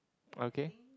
okay